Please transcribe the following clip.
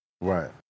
Right